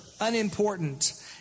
unimportant